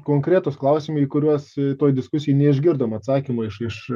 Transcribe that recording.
konkretūs klausimai į kuriuos toj diskusijoj neišgirdom atsakymo iš